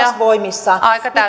voimissaan